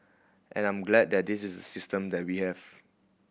and I'm glad that this is the system that we have